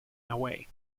away